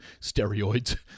steroids